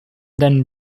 den